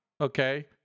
okay